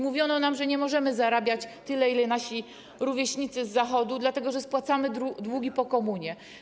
Mówiono nam, że nie możemy zarabiać tyle, ile zarabiają nasi rówieśnicy na Zachodzie, dlatego że spłacamy długi po komunie.